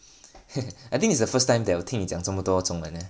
I think it's the first time that 我听你讲这么多中文 eh